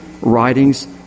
writings